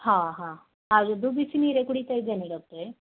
ಹಾಂ ಹಾಂ ಅದುರ್ದ್ದು ಬಿಸಿ ನೀರೆ ಕುಡಿತ ಇದ್ದೇನೆ ಡಾಕ್ಟ್ರೆ